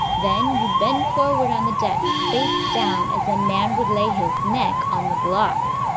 then you bend forward on the deck, face down, as a man would lay his neck on the block.